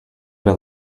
bit